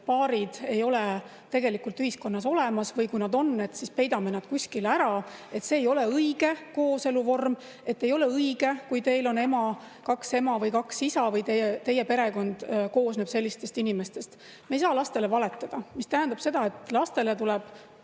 paare ei ole tegelikult ühiskonnas olemas, või kui nad on, siis peidame nad kuskile ära, et see ei ole õige kooselu vorm, et ei ole õige, kui teil on kaks ema või kaks isa või teie perekond koosneb sellistest inimestest. Me ei saa lastele valetada. See tähendab, et lastele tuleb